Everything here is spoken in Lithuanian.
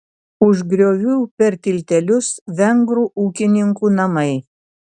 už griovių per tiltelius vengrų ūkininkų namai